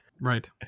Right